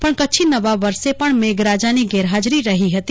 પણ કચ્છી નવા વર્ષે પણ મેઘરાજાની ગેરહાજરી રહી હતી